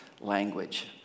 language